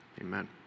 amen